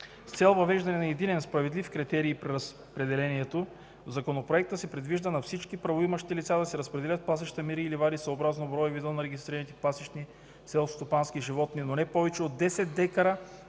С цел въвеждане на единен справедлив критерий при разпределението в законопроекта се предвижда на всички правоимащи лица да се разпределят пасища, мери и ливади, съобразно броя и вида на регистрираните пасищни и селскостопански животни, но не повече от 10 дка